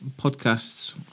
podcasts